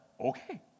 Okay